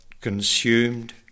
consumed